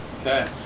Okay